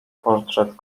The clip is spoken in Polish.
portret